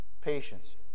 patience